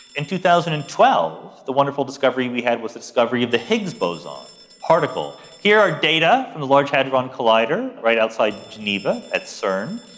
in two thousand and twelve the wonderful discovery we had was the discovery of the higgs boson, this particle. here are data from the large hadron collider right outside geneva at cern,